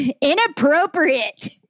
Inappropriate